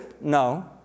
No